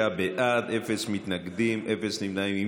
ובכן, 26 בעד, אין מתנגדים ואין נמנעים.